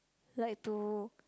like to